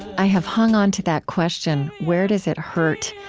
i have hung on to that question, where does it hurt,